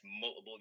multiple